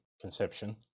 conception